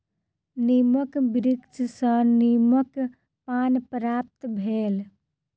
नीमक वृक्ष सॅ नीमक पात प्राप्त भेल